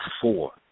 four